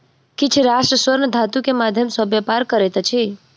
किछ राष्ट्र स्वर्ण धातु के माध्यम सॅ व्यापार करैत अछि